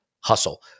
hustle